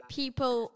people